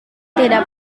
tidak